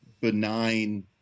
benign